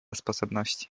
sposobności